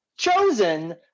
chosen